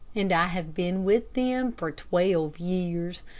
and i have been with them for twelve years.